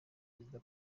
perezida